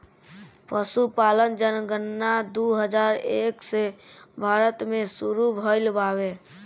पसुपालन जनगणना दू हजार एक से भारत मे सुरु भइल बावे